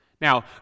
Now